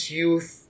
youth